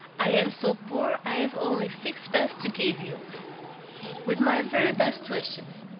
i am so poor i have only sixpence to give you with my very best wishes.